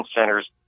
centers